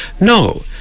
no